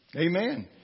Amen